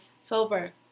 Sober